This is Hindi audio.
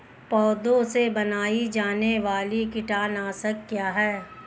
पौधों से बनाई जाने वाली कीटनाशक क्या है?